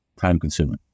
time-consuming